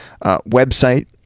website